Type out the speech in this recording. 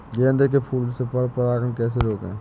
गेंदे के फूल से पर परागण कैसे रोकें?